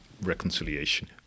reconciliation